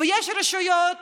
יש רשויות